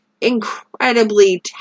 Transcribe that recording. incredibly